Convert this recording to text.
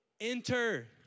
enter